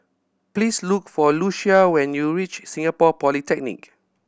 please look for Lucia when you reach Singapore Polytechnic